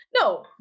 No